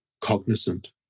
cognizant